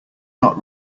not